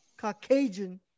Caucasian